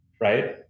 right